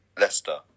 Leicester